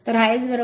तर हा S0